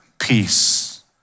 peace